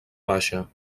baixa